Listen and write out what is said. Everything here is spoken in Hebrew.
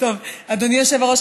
אדוני היושב-ראש,